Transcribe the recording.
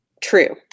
true